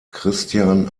christian